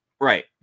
right